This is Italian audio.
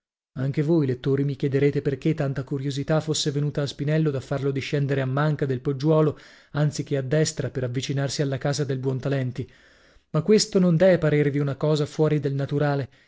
anche voi lettori mi chiederete perchè tanta curiosità fosse venuta a spinello da farlo discendere a manca del poggiuolo anzi che a destra per avvicinarsi alla casa del buontalenti ma questa non dee parervi una cosa fuori del naturale